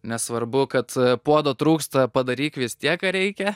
nesvarbu kad puodo trūksta padaryk vis tiek ką reikia